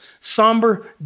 somber